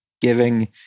giving